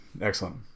Excellent